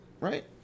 right